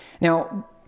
Now